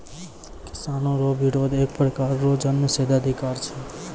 किसानो रो बिरोध एक प्रकार रो जन्मसिद्ध अधिकार छै